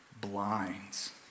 blinds